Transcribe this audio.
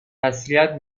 تسلیت